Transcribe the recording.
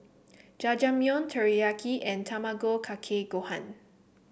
Jajangmyeon Teriyaki and Tamago Kake Gohan